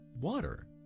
water